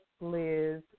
Liz